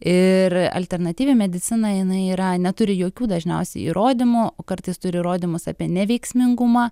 ir alternatyvi medicina jinai yra neturi jokių dažniausiai įrodymų kartais turi įrodymus apie neveiksmingumą